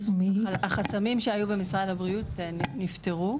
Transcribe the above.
החסמים שהיו במשרד הבריאות נפתרו.